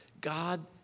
God